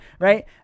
right